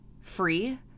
free